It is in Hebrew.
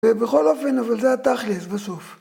‫בכל אופן, אבל זה התכלס בסוף.